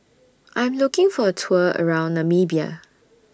I'm looking For A Tour around Namibia